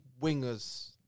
wingers